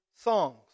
songs